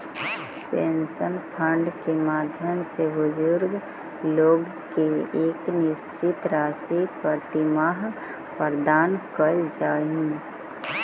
pension fund के माध्यम से बुजुर्ग लोग के एक निश्चित राशि प्रतिमाह प्रदान कैल जा हई